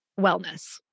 wellness